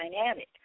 dynamic